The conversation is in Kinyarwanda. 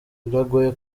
biragoye